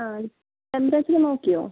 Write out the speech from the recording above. ആ ടെമ്പറേച്ചർ നോക്കിയോ